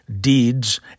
deeds